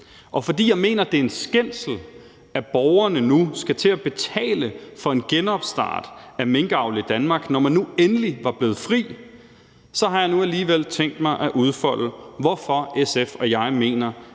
og fordi jeg mener, det er en skændsel, at borgerne nu skal til at betale for en genopstart af minkavl i Danmark, når man nu endelig var blevet fri, så jeg har nu alligevel tænkt mig at udfolde, hvorfor SF og jeg mener,